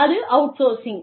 அது அவுட்சோர்சிங்